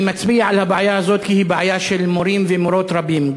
אני מצביע על הבעיה הזאת כי היא בעיה של מורים ומורות רבים,